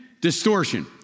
distortion